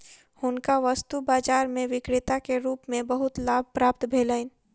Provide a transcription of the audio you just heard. हुनका वस्तु बाजार में विक्रेता के रूप में बहुत लाभ प्राप्त भेलैन